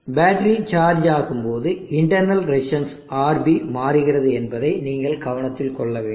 battery charge ஆகும்போது internal resistance RB மாறுகிறது என்பதையும் நீங்கள் கவனத்தில் கொள்ள வேண்டும்